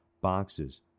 boxes